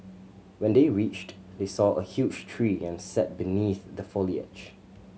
when they reached they saw a huge tree and sat beneath the foliage